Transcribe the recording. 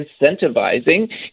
incentivizing